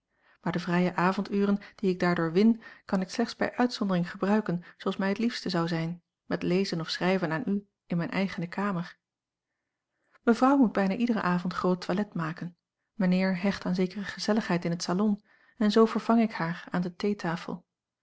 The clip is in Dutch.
maar de vrije avonduren die ik daardoor win kan ik slechts bij uitzondering gebruiken zooals mij het liefste zou zijn met lezen of schrijven aan u in mijne eigene kamer mevrouw moet bijna iedere avond groot toilet maken mijnheer hecht aan zekere gezelligheid in het salon en zoo vervang ik haar aan de